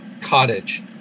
Cottage